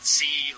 see